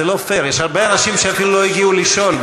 זה לא פייר, יש הרבה אנשים שאפילו לא הגיעו לשאול.